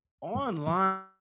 Online